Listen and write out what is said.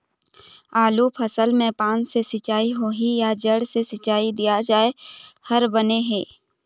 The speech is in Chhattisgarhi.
आलू फसल मे पान से सिचाई होही या जड़ से सिचाई दिया जाय हर बने हे?